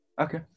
Okay